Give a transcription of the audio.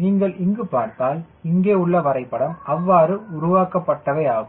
நீங்கள் இங்கு பார்த்தால் இங்கே உள்ள வரைபடம் அவ்வாறு உருவாக்கப்பட்டவை ஆகும்